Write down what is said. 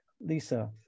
Lisa